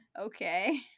Okay